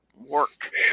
work